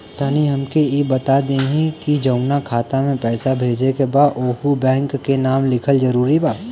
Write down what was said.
तनि हमके ई बता देही की जऊना खाता मे पैसा भेजे के बा ओहुँ बैंक के नाम लिखल जरूरी बा?